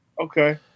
okay